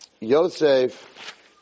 Yosef